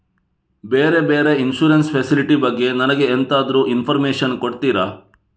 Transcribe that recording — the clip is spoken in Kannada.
ಬೇರೆ ಬೇರೆ ಇನ್ಸೂರೆನ್ಸ್ ಫೆಸಿಲಿಟಿ ಬಗ್ಗೆ ನನಗೆ ಎಂತಾದ್ರೂ ಇನ್ಫೋರ್ಮೇಷನ್ ಕೊಡ್ತೀರಾ?